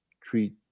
treat